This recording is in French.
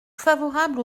favorable